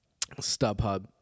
StubHub